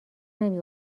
نمی